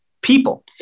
people